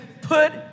put